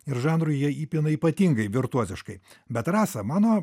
ir žanrui jie įpina ypatingai virtuoziškai bet rasa mano